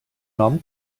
nom